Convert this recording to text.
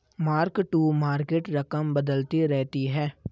mark to market रकम बदलती रहती है